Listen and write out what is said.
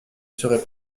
serait